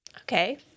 Okay